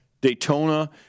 Daytona